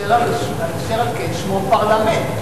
אשר על כן שמו פרלמנט.